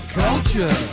culture